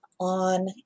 on